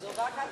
זאת רק ההתחלה.